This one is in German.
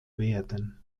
werden